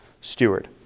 steward